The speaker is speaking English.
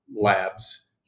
labs